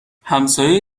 همسایه